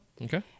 Okay